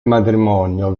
matrimonio